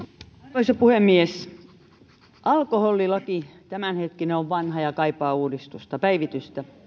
arvoisa puhemies tämänhetkinen alkoholilaki on vanha ja kaipaa uudistusta päivitystä